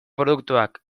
produktuak